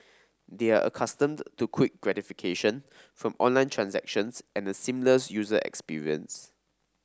they are accustomed to quick gratification from online transactions and a seamless user experience